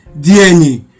DNA